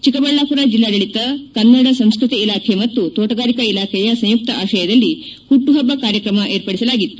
ಚಿಕ್ಕಬಳ್ಳಾಪುರ ಜಿಲ್ಲಾಡಳಿತ ಕನ್ನಡ ಸಂಸ್ಕತಿ ಇಲಾಖೆ ಮತ್ತು ತೋಟಗಾರಿಕಾ ಇಲಾಖೆಯ ಸಂಯುಕ್ತ ಆಶಯದಲ್ಲಿ ಹುಟ್ಟುಹಬ್ಬ ಕಾರ್ಯಕ್ರಮ ಏರ್ಪಡಿಸಲಾಗಿತ್ತು